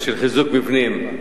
הדברים צריכים,